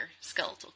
skeletal